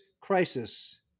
crisis